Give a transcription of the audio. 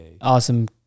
Awesome